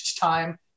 time